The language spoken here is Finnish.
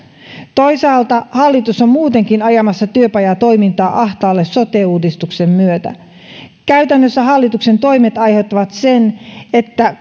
toisaalta hallitus on muutenkin ajamassa työpajatoimintaa ahtaalle sote uudistuksen myötä käytännössä hallituksen toimet aiheuttavat sen että